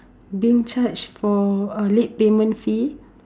being charged for uh late payment fee